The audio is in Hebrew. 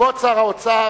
כבוד שר האוצר,